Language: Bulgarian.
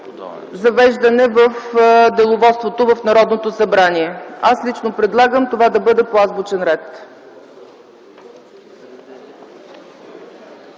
завеждане в Деловодството в Народното събрание. Аз лично предлагам това да бъде по азбучен ред.